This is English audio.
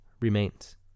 remains